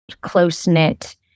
close-knit